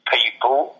people